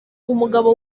umugabo